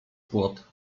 płot